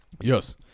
Yes